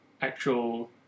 actual